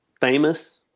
famous